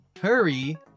hurry